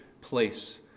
place